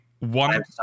One